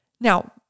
Now